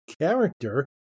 character